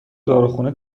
داروخونه